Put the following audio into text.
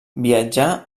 viatjà